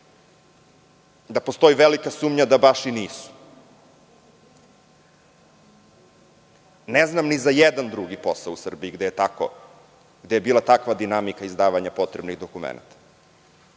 da postoji velika sumnja da baš i nisu. Ne znam ni za jedan drugi posao u Srbiji gde je bila takva dinamika izdavanja potrebnih dokumenata,